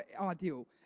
ideal